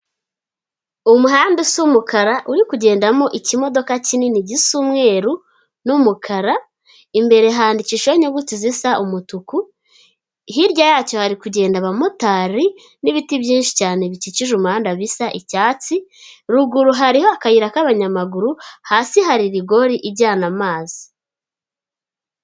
Umuhanda usa umukara uri kugendamo ikimodoka kinini gisa umweru n'umukara, imbere handikishaho inyuguti zisa umutuku, hirya yacyo hari kugenda abamotari n'ibiti byinshi cyane bikikije umuhanda bisa icyatsi, ruguru hari akayira k'abanyamaguru, hasi hari rigori ijyana amazi.